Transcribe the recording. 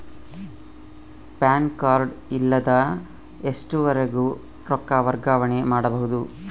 PAN card ಇಲ್ಲದ ಎಷ್ಟರವರೆಗೂ ರೊಕ್ಕ ವರ್ಗಾವಣೆ ಮಾಡಬಹುದು?